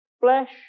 Flesh